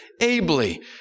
ably